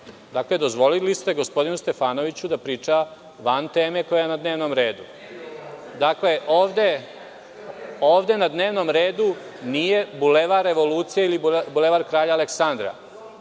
dozvolili ste gospodinu Stefanoviću da priča van teme koja je na dnevnom redu. Dakle, ovde na dnevnom redu nije Bulevar Revolucije, ili Bulevar Kralja Aleksandra,